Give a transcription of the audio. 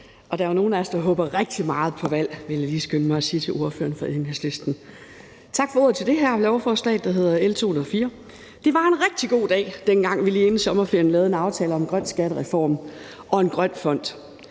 Der er jo nogle af os, der håber rigtig meget på valg, vil jeg lige skynde mig at sige til ordføreren for Enhedslisten. Men tak for ordet om det her lovforslag, der hedder L 204. Det var en rigtig god dag, dengang vi lige inden sommerferien lavede en aftale om en grøn skattereform og en grøn fond.